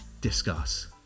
discuss